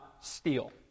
steal